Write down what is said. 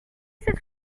cette